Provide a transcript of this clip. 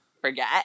forget